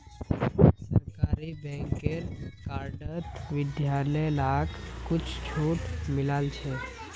सरकारी बैंकेर कार्डत विद्यार्थि लाक कुछु छूट मिलील छ